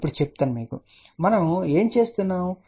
ఇప్పుడు మీకు చెప్తాను మనము ఏమి చేస్తున్నాము